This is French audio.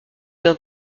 d’un